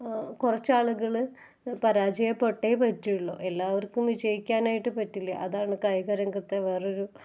കുറച്ച് ആളുകള് പരാജയപ്പെട്ടേ പറ്റുകയുള്ള എല്ലാവർക്കും വിജയിക്കാനായിട്ട് പറ്റില്ല അതാണ് കായിക രംഗത്ത് വേറൊരു